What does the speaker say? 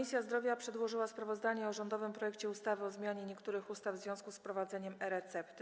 Komisja Zdrowia przedłożyła sprawozdanie o rządowym projekcie ustawy o zmianie niektórych ustaw w związku z wprowadzeniem e-recepty.